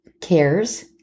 Cares